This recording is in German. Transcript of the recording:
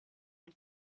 man